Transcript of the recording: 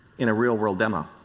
in a real world demo.